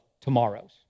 tomorrows